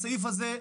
הסעיף הזה,